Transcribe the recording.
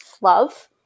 love